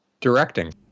directing